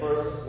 First